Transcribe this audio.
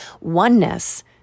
oneness